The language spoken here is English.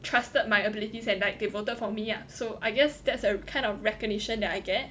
trusted my abilities and like they voted for me ah so I guess that's a kind of recognition that I get